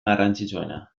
garrantzitsuena